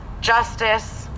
justice